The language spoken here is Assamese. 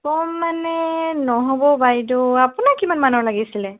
কম মানে নহ'ব বাইদেউ আপোনাক কিমান মানৰ লাগিছিল